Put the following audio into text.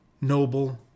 noble